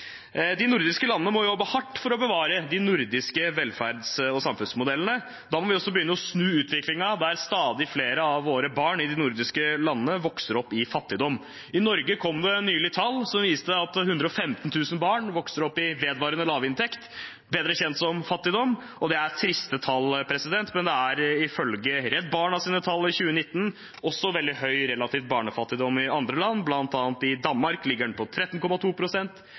De nordiske landene må jobbe hardt for å bevare de nordiske velferds- og samfunnsmodellene. Da må vi også begynne å snu utviklingen der stadig flere av våre barn i de nordiske landene vokser opp i fattigdom. I Norge kom det nylig tall som viste at 115 000 barn vokser opp i vedvarende lavinntekt, bedre kjent som fattigdom. Det er triste tall. Det er ifølge Redd Barnas tall fra 2019 også veldig høy relativ barnefattigdom i andre land. Blant annet ligger den i Danmark på 13,2 pst., i Finland på